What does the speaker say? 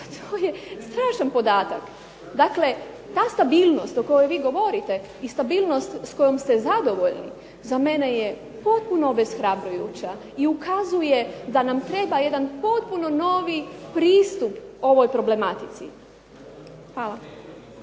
to je strašan podatak. Dakle ta stabilnost o kojoj vi govorite i stabilnost s kojom ste zadovoljni, za mene je potpuno obeshrabrujuća i ukazuje da nam treba jedan potpuno novi pristup ovoj problematici. Hvala.